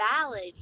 valid